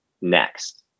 next